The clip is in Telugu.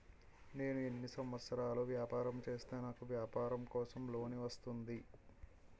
నేను ఎన్ని సంవత్సరాలు వ్యాపారం చేస్తే నాకు వ్యాపారం కోసం లోన్ వస్తుంది?